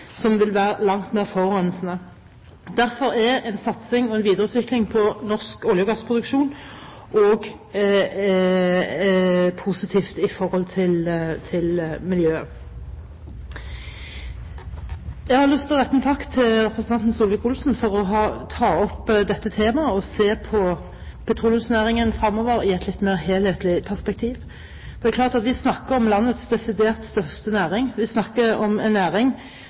som vil være langt mer forurensende. Derfor er en satsing og en videreutvikling av norsk olje- og gassproduksjon også positivt med tanke på miljøet. Jeg har lyst til å rette en takk til representanten Solvik-Olsen for å ta opp dette temaet og se på petroleumsnæringen fremover i et litt mer helhetlig perspektiv. Det er klart at vi snakker om landets desidert største næring. Vi snakker om